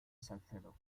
salcedo